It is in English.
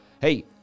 Hey